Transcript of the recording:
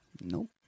Nope